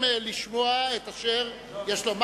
לשמוע את אשר יש לומר.